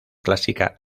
clásica